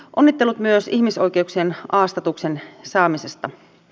onnittelut myös ihmisoikeuksien a statuksen saamisesta